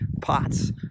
POTS